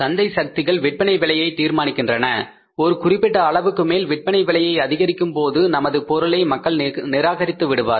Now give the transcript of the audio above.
சந்தை சக்திகள் விற்பனை விலையை தீர்மானிக்கின்றன ஒரு குறிப்பிட்ட அளவுக்கு மேல் விற்பனை விலையை அதிகரிக்கும் போது நமது பொருளை மக்கள் நிராகரித்து விடுவார்கள்